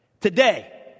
Today